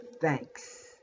thanks